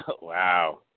Wow